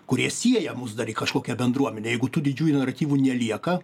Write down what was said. kurie sieja mus dar į kažkokią bendruomenę jeigu tų didžiųjų naratyvų nelieka